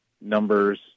numbers